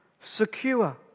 secure